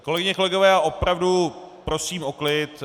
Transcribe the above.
Kolegyně, kolegové, já opravdu prosím o klid.